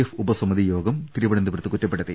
F ഉപസമിതി യോഗം തിരുവനന്ത പുരത്ത് കുറ്റപ്പെടുത്തി